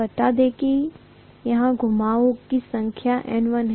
बता दें कि यहाँ घुमावों की संख्या N1 है